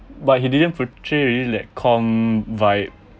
but he didn't portray really like calm vibe